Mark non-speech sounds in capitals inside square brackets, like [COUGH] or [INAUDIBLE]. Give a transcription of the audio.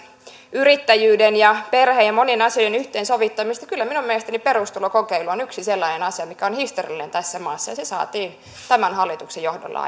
yrittäjyyden perheen ja monien asioiden yhteensovittamisesta kyllä minun mielestäni perusturvakokeilu on yksi sellainen asia mikä on historiallinen tässä maassa ja se saatiin tämän hallituksen johdolla [UNINTELLIGIBLE]